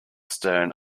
stern